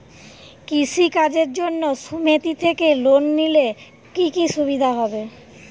কৃষি কাজের জন্য সুমেতি থেকে লোন নিলে কি কি সুবিধা হবে?